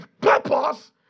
purpose